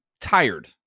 tired